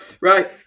Right